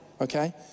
Okay